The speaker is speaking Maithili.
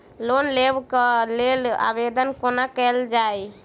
लोन लेबऽ कऽ लेल आवेदन कोना कैल जाइया?